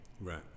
Right